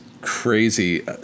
crazy